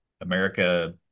America